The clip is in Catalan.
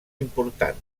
important